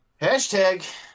Hashtag